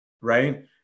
Right